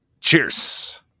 Cheers